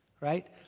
right